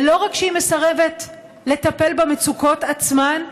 ולא רק שהיא מסרבת לטפל במצוקות עצמן,